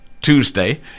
Tuesday